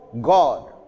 God